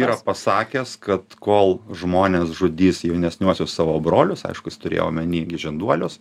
yra pasakęs kad kol žmonės žudys jaunesniuosius savo brolius aišku jis turėjo omeny žinduolius